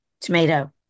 Tomato